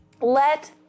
Let